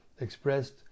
expressed